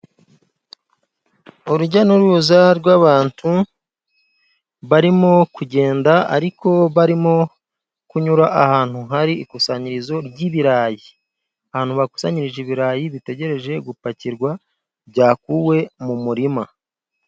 Urujya n'uruza rw'abantu barimo kugenda ariko barimo kunyura ahantu hari ikusanyirizo ry'ibirayi . Ahantu bakusanyirije ibirayi bitegereje gupakirwa ,byakuwe mu murima.